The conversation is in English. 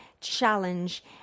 challenge